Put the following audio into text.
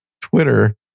Twitter